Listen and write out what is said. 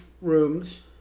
rooms